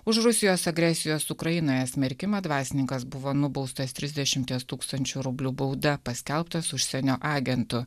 už rusijos agresijos ukrainoje smerkimą dvasininkas buvo nubaustas trisdešimties tūkstančių rublių bauda paskelbtas užsienio agentų